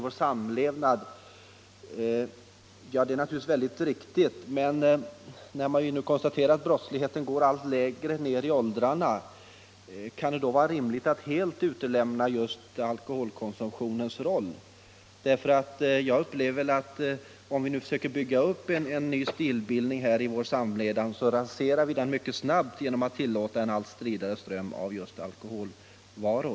Detta är naturligtvis riktigt, men när man nu måste konstatera att brottsligheten går allt lägre ner i åldrarna kan det väl inte vara rimligt att helt bortse från alkoholkonsumtionens roll i denna ökade brottslighet. Jag menar att vi mycket snabbt raserar en stilbildning som vi försöker bygga upp om vi tillåter en allt stridare ström av alkoholvaror.